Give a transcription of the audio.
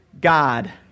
God